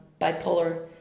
bipolar